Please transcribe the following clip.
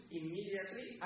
immediately